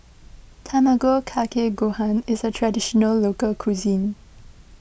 Tamago Kake Gohan is a Traditional Local Cuisine